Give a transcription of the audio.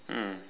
mm